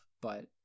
but-